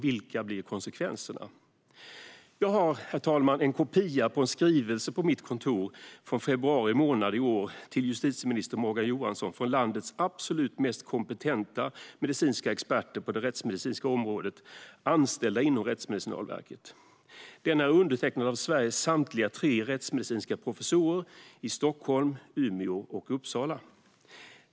Vilka blir konsekvenserna? Herr talman! På mitt kontor har jag en kopia på en skrivelse från februari månad i år till justitieminister Morgan Johansson. Den är från landets absolut mest kompetenta medicinska experter på det rättsmedicinska området, anställda inom Rättsmedicinalverket. Skrivelsen är undertecknad av Sveriges samtliga tre rättsmedicinska professorer i Stockholm, Umeå och Uppsala.